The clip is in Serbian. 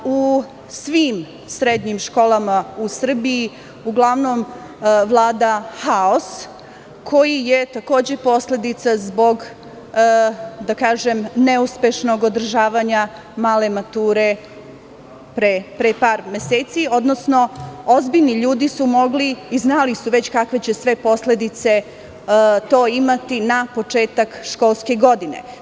U svim srednjim školama u Srbiji uglavnom vlada haos koji je, takođe, posledica zbog neuspešnog održavanja male mature pre par meseci, odnosno ozbiljni ljudi su mogli i znali su već kakve će sve posledice to imati na početak školske godine.